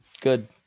good